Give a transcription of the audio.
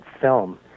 film